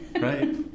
right